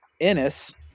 Ennis